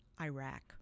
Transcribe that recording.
Iraq